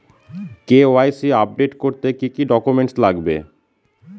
KYC update করতে কি কি ডকুমেন্টস লাগবে?